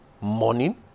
morning